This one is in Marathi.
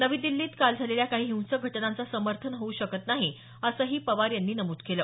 नवी दिल्लीत काल झालेल्या काही हिंसक घटनांचं समर्थन होऊ शकत नाही असंही पवार म्हणाले